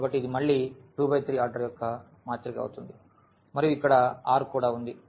కాబట్టి ఇది మళ్ళీ 2 × 3 ఆర్డర్ యొక్క మాత్రిక అవుతుంది మరియు ఇక్కడ R కూడా ఉంది